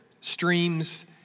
streams